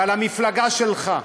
ואל המפלגה שלך.